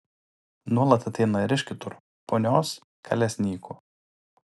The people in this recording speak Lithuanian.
nuolat ateina ir iš kitur punios kalesnykų